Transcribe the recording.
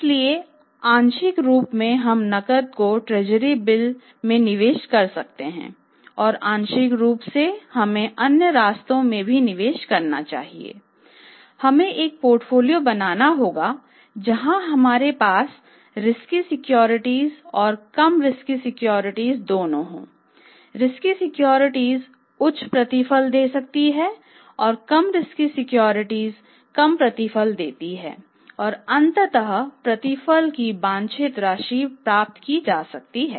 इसलिए आंशिक रूप से हम नकद को ट्रेजरी बिल कम प्रतिफल दे सकती हैं और अंततः प्रतिफल की वांछित राशि प्राप्त की जा सकती है